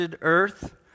earth